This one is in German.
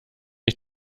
ich